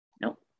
Nope